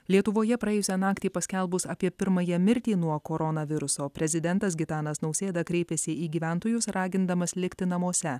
lietuvoje praėjusią naktį paskelbus apie pirmąją mirtį nuo koronaviruso prezidentas gitanas nausėda kreipėsi į gyventojus ragindamas likti namuose